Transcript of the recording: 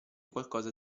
qualcosa